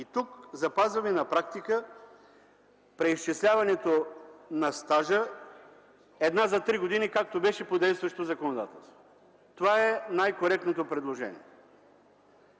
И тук на практика запазваме преизчисляването на стажа – една за три години, както беше по действащото законодателство. Това е най-коректното предложение.